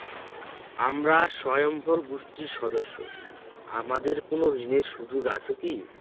আমরা স্বয়ম্ভর গোষ্ঠীর সদস্য আমাদের কোন ঋণের সুযোগ আছে কি?